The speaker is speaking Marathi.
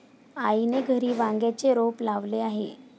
आईने घरी वांग्याचे रोप लावले आहे